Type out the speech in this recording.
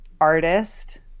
artist